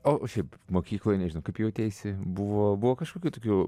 o šiaip mokykloj nežinau kaip jauteisi buvo buvo kažkokių tokių